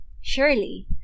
surely